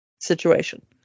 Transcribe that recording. situation